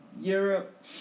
Europe